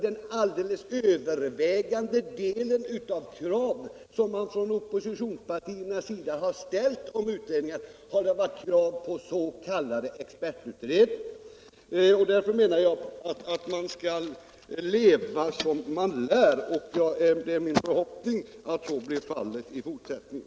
Den överväldigande delen av krav på utredningar från oppositionspartierna har nämligen gällt s.k. expertutredningar. Man skall, menar jag, leva som man lär. Det är min förhoppning att så blir fallet i fortsättningen.